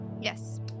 Yes